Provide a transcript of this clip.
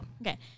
Okay